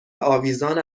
آویزان